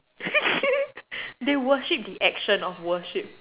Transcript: the worship the action of worship